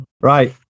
Right